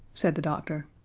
said the doctor.